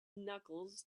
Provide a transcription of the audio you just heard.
knuckles